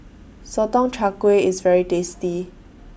Sotong Char Kway IS very tasty